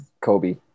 Kobe